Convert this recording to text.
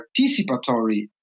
participatory